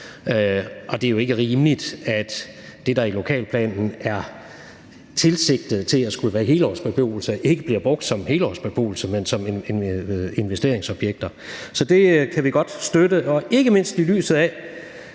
og det er ikke rimeligt, at det, der i lokalplanen er tilsigtet til at skulle være helårsbeboelse, ikke bliver brugt som helårsbeboelse, men som investeringsobjekter. Så det kan vi godt støtte, ikke mindst i lyset af